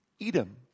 Edom